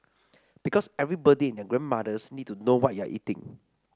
because everybody and their grandmothers need to know what you're eating